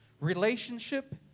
relationship